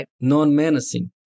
non-menacing